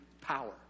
power